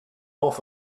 off